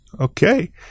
Okay